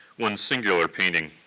one singular painting,